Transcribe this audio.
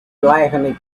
laughingly